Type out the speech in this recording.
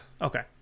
Okay